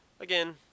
again